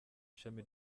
ishami